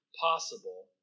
possible